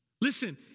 Listen